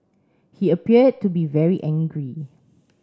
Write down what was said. he appeared to be very angry